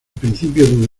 principio